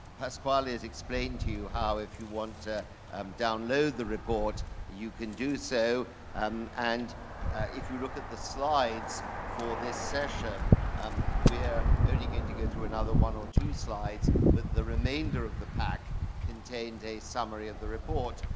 pasquale has explained to you how, if you want to um download the report, you can do so um and if you look at the slides for this session um we're only going to go through another one or two slides, but the remainder of the pack contains a summary of the report.